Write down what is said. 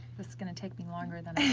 this is gonna take me longer than i